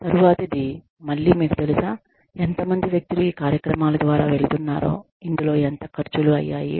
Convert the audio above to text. తరువాతిది మళ్ళీ మీకు తెలుసాఎంత మంది వ్యక్తులు ఈ కార్యక్రమాలు ద్వారా వెళుతున్నారో ఇందులో ఎంత ఖర్చులు అయ్యాయి